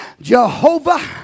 Jehovah